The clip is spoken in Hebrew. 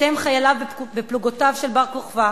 אתם חייליו ופלוגותיו של בר-כוכבא,